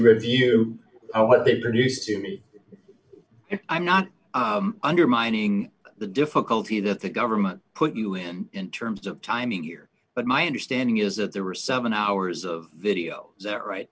review what they produce to me and i'm not undermining the difficulty that the government put you him in terms of timing here but my understanding is that there were seven hours of video that right